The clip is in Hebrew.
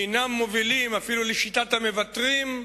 אינם מובילים, אפילו לשיטת המוותרים,